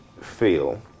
feel